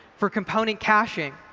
for component caching,